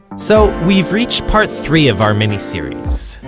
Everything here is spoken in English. so we've reached part three of our mini-series,